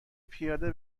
پیاده